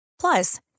Plus